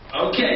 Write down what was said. Okay